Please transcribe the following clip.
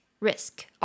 risk